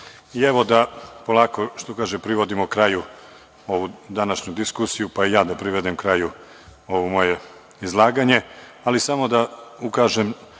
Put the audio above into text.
da polako, što kaže, privodimo kraju ovu današnju diskusiju, pa i ja da privedem kraju ovo moje izlaganje, ali samo da ukažem